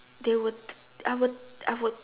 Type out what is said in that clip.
they would I would I would